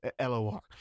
lor